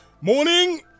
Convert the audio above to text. Morning